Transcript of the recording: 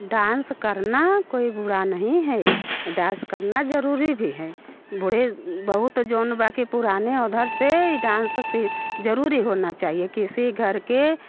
dance करना कोई बुरा नहीं है डांस करना जरूरी भी है बूढ़े बहुत जोन बाकी पुराने उधर से डांस से जरूरी होना चाहिए किसी घर के